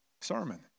sermon